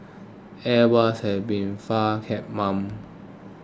airbus has been far mum